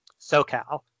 SoCal